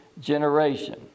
generation